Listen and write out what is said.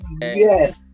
Yes